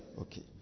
Okay